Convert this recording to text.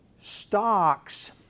stocks